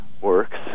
Works